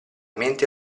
mente